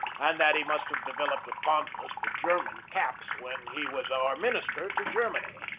and that he must have developed a fondness for german caps when he was our minister to germany.